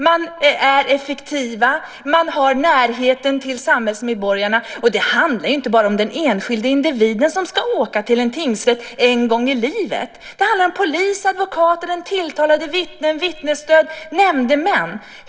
De är effektiva och har närheten till samhällsmedborgarna. Det handlar inte bara om den enskilda individen som ska åka till en tingsrätt en gång i livet utan det handlar också om polis, advokater, den tilltalade, vittnen, vittnesstöd och nämndemän.